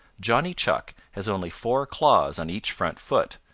johnny chuck has only four claws on each front foot,